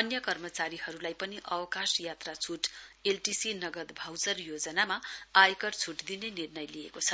अन्य कर्मचारीहरुलाई पनि अवकाश यात्रा छूट एलटीसी नगद भाउचर र योजनामा आयकर छूट दिने निर्णय लिएको छ